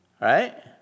right